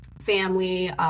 family